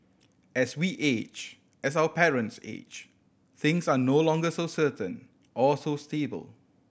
as we age as our parents age things are no longer so certain or so stable